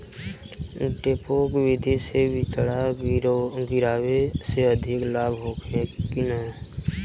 डेपोक विधि से बिचड़ा गिरावे से अधिक लाभ होखे की न?